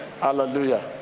hallelujah